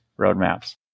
roadmaps